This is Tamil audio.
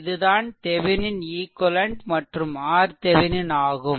இதுதான் தெவெனின் ஈக்வெலென்ட் மற்றும் RThevenin ஆகும்